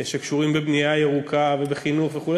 שקשורים בבנייה ירוקה ובחינוך וכו',